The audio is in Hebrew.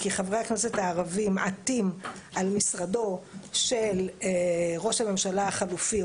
כי חברי הכנסת הערבים עטים על משרדו של ראש הממשלה החליפי,